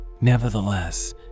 Nevertheless